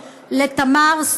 לתמר,